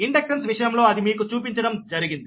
inductance విషయంలో అది మీకు చూపించడం జరిగింది